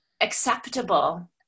acceptable